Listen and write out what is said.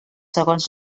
segons